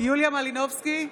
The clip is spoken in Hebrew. יוליה מלינובסקי,